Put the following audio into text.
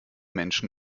menschen